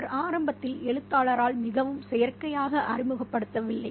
அவர் ஆரம்பத்தில் எழுத்தாளரால் மிகவும் செயற்கையாக அறிமுகப்படுத்தப்படவில்லை